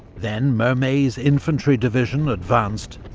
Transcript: then mermet's infantry division advanced,